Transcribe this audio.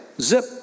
Zip